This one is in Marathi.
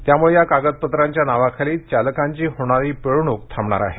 त्यामुळं या कागदपत्रांच्या नावाखाली चालकांची होणारी पिळवणूक थांबणार आहे